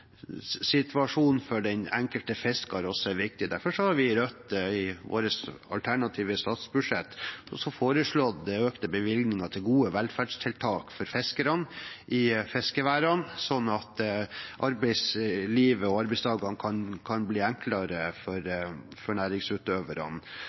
enkelte fisker også er viktig. Derfor har vi i Rødts alternative statsbudsjett foreslått økte bevilgninger til gode velferdstiltak for fiskerne i fiskeværene, slik at arbeidslivet og arbeidsdagene kan bli enklere for